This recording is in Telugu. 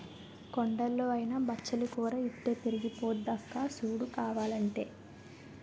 కొండల్లో అయినా బచ్చలి కూర ఇట్టే పెరిగిపోద్దక్కా సూడు కావాలంటే